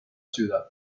ciudad